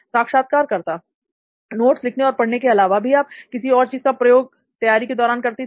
साक्षात्कारकर्ता नोट्स लिखने और पढ़ने के अलावा भी आप किसी और चीज का प्रयोग तैयारी के दौरान करती थी